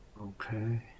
Okay